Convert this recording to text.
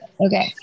Okay